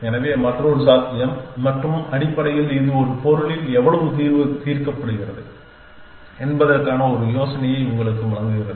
எனவே மற்றொரு சாத்தியம் மற்றும் அடிப்படையில் இது ஒரு பொருளில் எவ்வளவு தீர்வு தீர்க்கப்படுகிறது என்பதற்கான ஒரு யோசனையை உங்களுக்கு வழங்குகிறது